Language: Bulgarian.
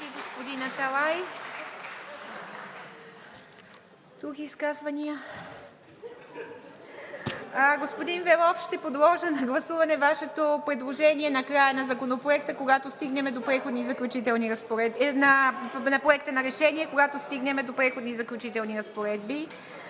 Ви, господин Аталай. Други изказвания? Господин Велов, ще подложа на гласуване Вашето предложение накрая на проекта на решение, когато стигнем до Преходни и заключителни разпоредби.